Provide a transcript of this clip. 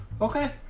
Okay